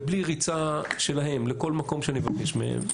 ובלי ריצה שלהם לכל מקום שאני מבקש מהם,